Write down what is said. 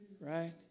right